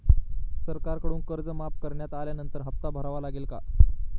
सरकारकडून कर्ज माफ करण्यात आल्यानंतर हप्ता भरावा लागेल का?